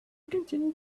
continued